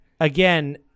Again